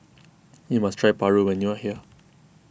you must try Paru when you are here